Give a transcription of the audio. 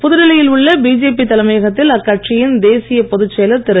புதுடில்லியில் உள்ள பிஜேபி தலையமைகத்தில் அக்கட்சியின் தேசிய பொதுச் செயலர் திரு